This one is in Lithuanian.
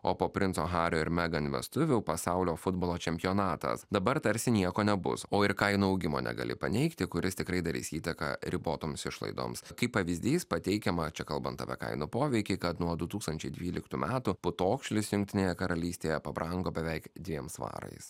o po princo hario ir megan vestuvių pasaulio futbolo čempionatas dabar tarsi nieko nebus o ir kainų augimo negali paneigti kuris tikrai darys įtaką ribotoms išlaidoms kaip pavyzdys pateikiama čia kalbant apie kainų poveikį kad nuo du tūkstančiai dvyliktų metų putokšlis jungtinėje karalystėje pabrango beveik dviem svarais